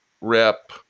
rep